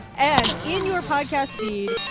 and in your podcast feed,